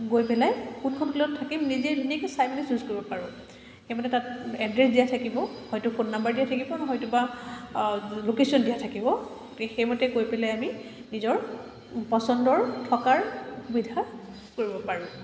গৈ পেলাই কোনখন হোটেলত থাকিম নিজে ধুনীয়াকৈ চাই মেলি চুজ কৰিব পাৰোঁ সেইমতে তাত এড্ৰেছ দিয়া থাকিব হয়তো ফোন নম্বৰ দিয়া থাকিব নহয়তো বা লোকেশ্যন দিয়া থাকিব সেইমতে গৈ পেলাই আমি নিজৰ পচন্দৰ থকাৰ সুবিধা কৰিব পাৰোঁ